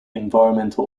environmental